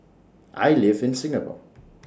I live in Singapore